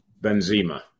Benzema